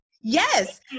Yes